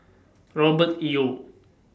Robert Yeo